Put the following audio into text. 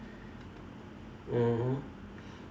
mmhmm